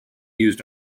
used